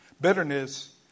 Bitterness